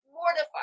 mortified